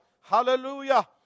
hallelujah